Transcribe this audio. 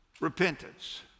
repentance